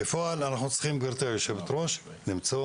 בפועל אנחנו צריכים, גברתי היו"ר, למצוא